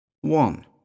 One